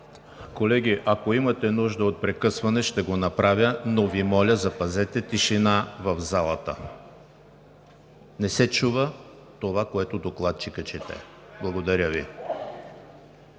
Колеги, ако имате нужда от прекъсване, ще го направя, но Ви моля, запазете тишина в залата! Не се чува това, което докладчикът чете. Благодаря Ви.